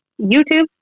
YouTube